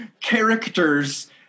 characters